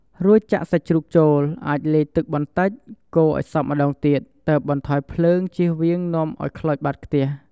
រួចចាក់សាច់ជ្រូកចូល អាចលាយទឹកបន្តិច កូរឱ្យសព្វម្ដងទៀត ទើបបន្ថយភ្លើង ជៀសវាងនាំឱ្យខ្លោចបាតខ្ទះ។